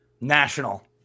National